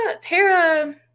Tara